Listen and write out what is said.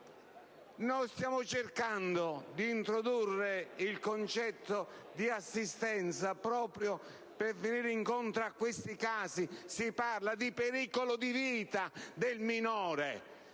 no. Stiamo cercando di introdurre il concetto di assistenza proprio per venire incontro ai casi in cui vi è un pericolo di vita per il minore: